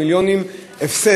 עשרות מיליונים הפסד,